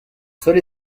seul